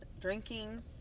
drinking